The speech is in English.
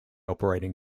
operating